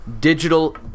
digital